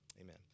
Amen